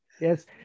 Yes